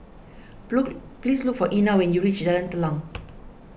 please look for Ena when you reach Jalan Telang